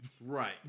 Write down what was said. right